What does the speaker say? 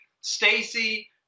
Stacy